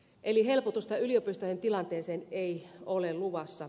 eli helpotusta yliopistojen tilanteeseen ei ole luvassa